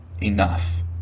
enough